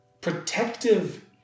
protective